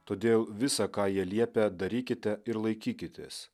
todėl visa ką jie liepia darykite ir laikykitės